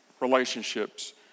relationships